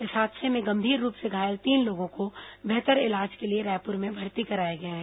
इस हादसे में गंभीर रूप से घायल तीन लोगों को बेहतर इलाज के लिए रायपुर में भर्ती कराया गया है